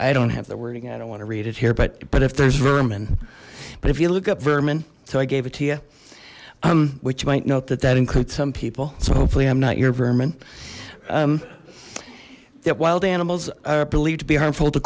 i don't have the wording i don't want to read it here but but if there's vermin but if you look up vermin so i gave it to you um which might note that that includes some people so hopefully i'm not your vermin yet wild animals are believed to be harmful t